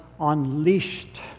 unleashed